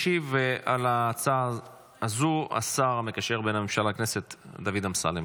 ישיב על ההצעה הזו השר המקשר בין הממשלה לכנסת דוד אמסלם,